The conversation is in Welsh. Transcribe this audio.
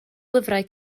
lyfrau